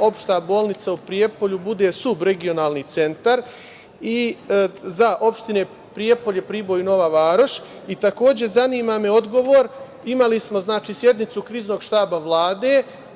opšta bolnica u Prijepolju bude subregionalni centar i za opštine Prijepolje, Priboj, Nova Varoš i takođe zanima me odgovor, imali smo znači sednicu Kriznog štaba Vlade,